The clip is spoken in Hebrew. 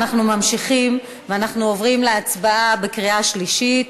אנחנו ממשיכים ואנחנו עוברים להצבעה בקריאה שלישית.